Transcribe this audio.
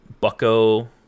bucko